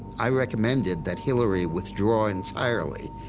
i recommended that hillary withdraw entirely